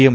M